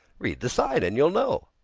read the sign and you'll know.